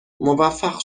موفق